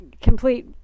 complete